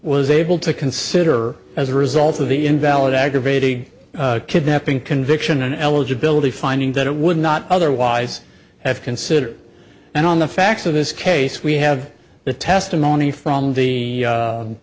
was able to consider as a result of the invalid aggravated kidnapping conviction eligibility finding that it would not otherwise have considered and on the facts of this case we have the testimony from the